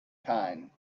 kine